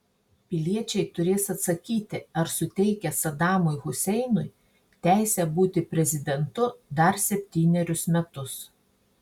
piliečiai turės atsakyti ar suteikia sadamui huseinui teisę būti prezidentu dar septynerius metus